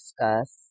discuss